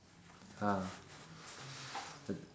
ah